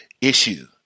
issue